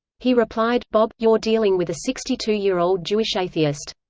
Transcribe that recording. he replied bob, you're dealing with a sixty two year old jewish atheist.